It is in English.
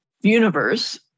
universe